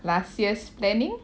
last year's planning